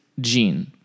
gene